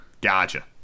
Gotcha